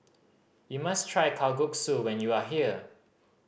you must try Kalguksu when you are here